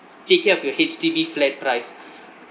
take care of your H_D_B flat price